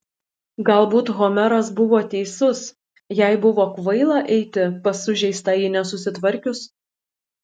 galbūt homeras buvo teisus jai buvo kvaila eiti pas sužeistąjį nesusitvarkius